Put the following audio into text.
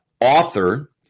author